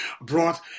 brought